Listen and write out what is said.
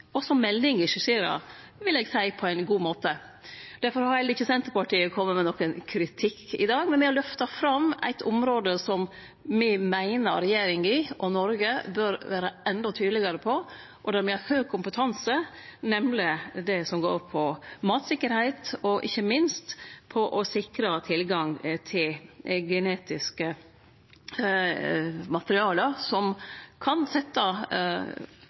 og som meldinga skisserer – eg vil seie – på ein god måte. Difor har heller ikkje Senterpartiet kome med nokon kritikk i dag, men me har løfta fram eit område som me meiner regjeringa og Noreg bør vere endå tydelegare på. Me har høg kompetanse, nemleg på det som går på mattryggleik og ikkje minst på å sikre tilgang til genetiske materiale som kan